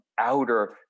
outer